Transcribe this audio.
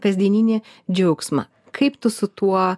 kasdieninį džiaugsmą kaip tu su tuo